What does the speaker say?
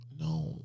No